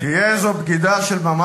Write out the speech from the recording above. הוא חתום על זה, אדוני היושב-ראש.